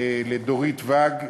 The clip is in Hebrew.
לדורית ואג,